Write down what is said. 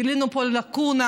גילינו פה לקונה: